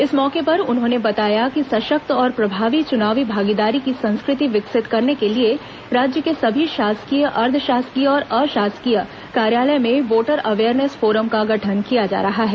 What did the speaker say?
इस मौके पर उन्होंने बताया कि सशक्त और प्रभावी चुनावी भागीदारी की संस्कृति विकसित करने के लिए राज्य के सभी शासकीय अर्द्व शासकीय और अशासकीय कार्यालय में वोटर अवेयरनेस फोरम का गठन किया जा रहा है